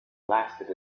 lasted